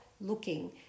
looking